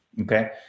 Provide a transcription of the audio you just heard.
okay